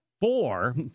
four